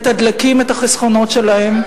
מתדלקים את החסכונות שלהם.